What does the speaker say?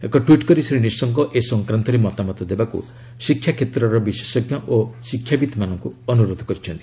ଏକ ଟ୍ୱିଟ୍ କରି ଶ୍ରୀ ନିଶଙ୍କ ଏ ସଂକ୍ରାନ୍ତରେ ମତାମତ ଦେବାକୁ ଶିକ୍ଷା କ୍ଷେତ୍ରର ବିଶେଷଜ୍ଞ ଓ ଶିକ୍ଷାବିତ୍ମାନଙ୍କୁ ଅନୁରୋଧ କରିଛନ୍ତି